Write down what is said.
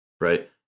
right